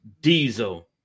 Diesel